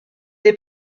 les